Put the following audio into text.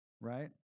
Right